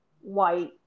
white